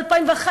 מ-2011,